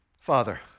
Father